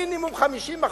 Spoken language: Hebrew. מינימום 50%,